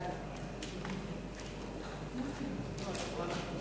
ההצעה להעביר את הנושא